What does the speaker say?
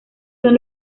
son